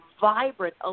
vibrant